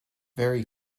very